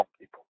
people